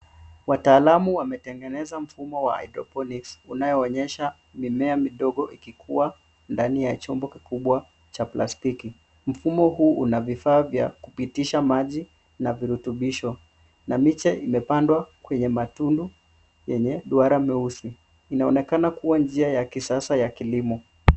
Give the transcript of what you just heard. Wataalamu wametengeneza mfumo wa hydroponics unayoonyesha mimea midogo ikikuwa ndani ya chombo kikubwa cha plastiki. Mfumo huu unavifaa vya kupitisha maji na virutubisho. Na miche imepandwa kwenye matundu yenye duara mweusi. Inaonekana kuwa njia ya kisasa ya kilimo.